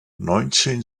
neunzehn